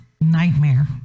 nightmare